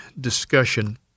discussion